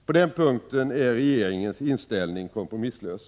På den punkten är regeringens inställning kompromisslös.